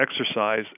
exercise